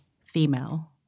female